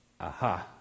Aha